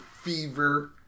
fever